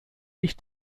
dich